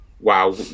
wow